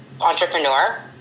entrepreneur